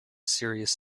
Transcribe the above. serious